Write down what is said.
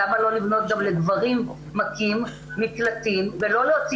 למה לא לבנות גם לגברים מכים מקלטים ולא להוציא